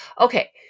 Okay